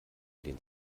lehnt